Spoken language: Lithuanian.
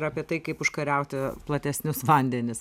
ir apie tai kaip užkariauti platesnius vandenis